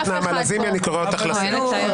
חברת הכנסת נעמה לזימי, אני קורא אותך לסדר.